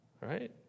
Right